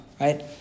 right